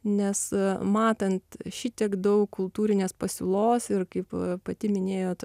nes matant šitiek daug kultūrinės pasiūlos ir kaip pati minėjot